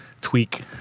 tweak